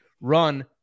run